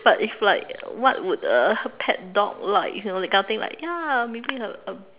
but if like what would a pet dog like you know that kind of thing like ya maybe a a